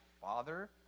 father